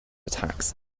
tax